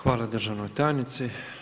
Hvala državnoj tajnici.